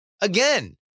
Again